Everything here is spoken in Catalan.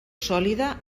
sòlida